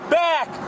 back